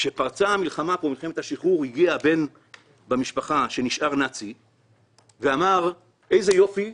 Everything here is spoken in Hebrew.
כשפרצה פה מלחמת השחרור הגיע בן המשפחה הנאצית ואמר: איזה יופי,